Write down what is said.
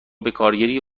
بکارگیری